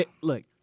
look